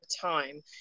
time